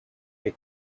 the